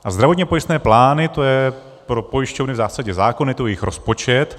A zdravotně pojistné plány, to je pro pojišťovny v zásadě zákon, je to jejich rozpočet.